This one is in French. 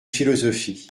philosophie